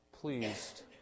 pleased